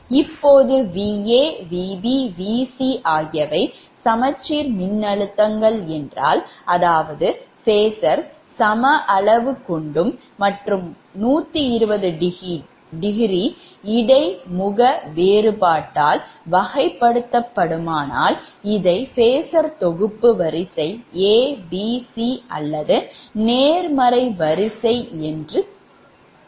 இப்போது Va Vb Vc ஆகியவை சமச்சீர் மின்னழுத்தங்கள் என்றால் அதாவது phasors சம அளவு கொண்டும் மற்றும் 120° இடைமுக வேறுபாட்டால் வகைப்படுத்தப்படுமானால் இதை phasor தொகுப்பு வரிசை 𝑎 𝑏 𝑐 அல்லது நேர்மறை வரிசை என்று கூறப்படுகிறது